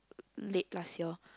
late last year